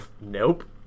nope